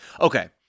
Okay